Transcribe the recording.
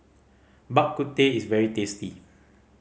Bak Kut Teh is very tasty